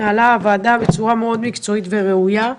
התנהלה הוועדה בצורה מאוד מקצועית וראויה.